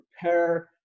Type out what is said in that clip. prepare